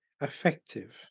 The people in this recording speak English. effective